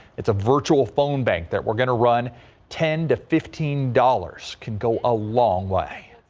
it's a virtual phone bank that we're going to run ten to fifteen dollars can go a long way.